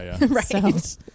Right